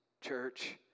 church